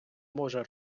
може